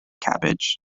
cabbage